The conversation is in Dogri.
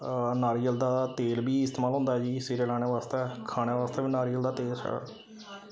नारियल दा तेल बी इस्तेमाल होंदा ऐ जी सिरै लाने बास्तै खाने बास्तै बी नारियल दा तेल